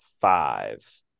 five